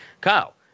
Kyle